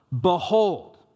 Behold